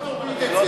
מאיפה תוריד את זה?